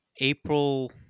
April